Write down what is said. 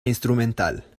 instrumental